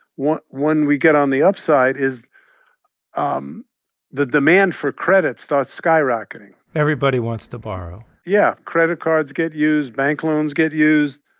when we get on the upside, is um the demand for credit starts skyrocketing everybody wants to borrow yeah, credit cards get used. bank loans get used.